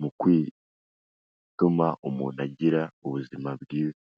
mu gutuma umuntu agira ubuzima bwiza.